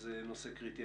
זה נושא קריטי.